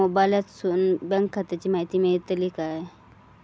मोबाईलातसून बँक खात्याची माहिती मेळतली काय?